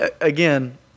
again